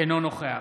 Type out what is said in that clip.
אינו נוכח